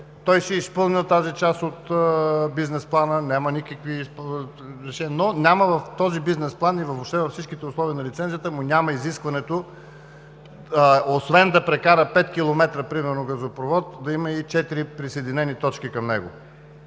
той е изпълнил тази част от бизнес плана, няма никакви… Но в този бизнес план и въобще във всичките условия на лицензията му няма изискването освен да прекара 5 км примерно газопровод, да има и четири присъединени точки към него